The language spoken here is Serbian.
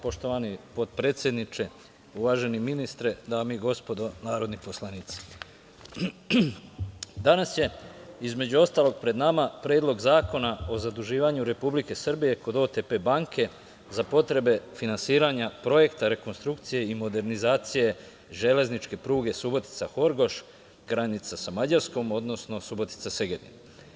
Poštovani potpredsedniče, uvaženi ministre, dame i gospodo narodni poslanici, danas je, između ostalog, pred nama Predlog zakona o zaduživanju Republike Srbije kod OTP banke za potrebe finansiranja Projekta rekonstrukcije i modernizacije železničke pruge Subotica-Horgoš, granica sa Mađarskom, odnosno Subotica-Segedin.